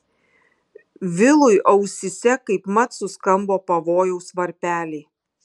vilui ausyse kaipmat suskambo pavojaus varpeliai